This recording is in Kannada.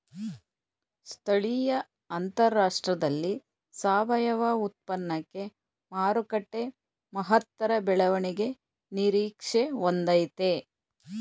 ಸ್ಥಳೀಯ ಅಂತಾರಾಷ್ಟ್ರದಲ್ಲಿ ಸಾವಯವ ಉತ್ಪನ್ನಕ್ಕೆ ಮಾರುಕಟ್ಟೆ ಮಹತ್ತರ ಬೆಳವಣಿಗೆ ನಿರೀಕ್ಷೆ ಹೊಂದಯ್ತೆ